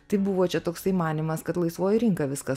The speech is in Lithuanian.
tai buvo čia toksai manymas kad laisvoji rinka viską